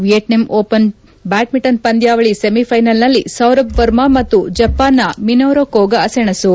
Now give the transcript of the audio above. Vietnam open badminton ಪಂದ್ಚಾವಳಿ ಸೆಮಿಫೈನಲ್ನಲ್ಲಿ ಸೌರಭ್ ವರ್ಮ ಮತ್ತು ಜಪಾನ್ನ ಮಿಸೋರು ಕೋಗಾ ಸೆಣಸು